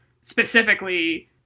specifically